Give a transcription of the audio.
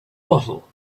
bottle